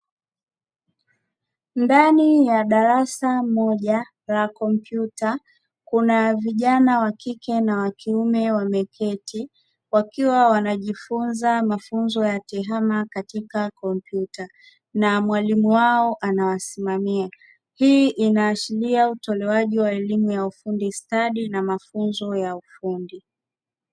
Ndani ya darasa moja la kompyuta kuna vijana wa kike na wa kiume wameketi, wakiwa wanajifunza mafunzo ya tehama katika kompyuta na mwalimu wao anawasimamia; hii inaashiria utolewaji wa elimu ya ufundi stadi na mafunzo ya ufundi.